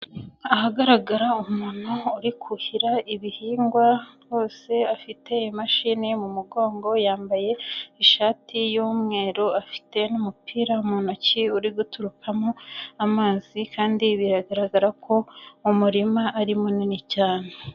Ahagaragara umuntu uri kuhira ibihingwa, hose afite imashini mu mugongo, yambaye ishati y'umweru, afite n'umupira mu ntoki uri guturukamo amazi kandi biragaragara ko uyu murima ari munini cyane.